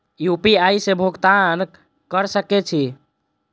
UPI से भुगतान क सके छी?